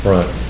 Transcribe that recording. Right